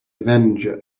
avenger